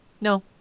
No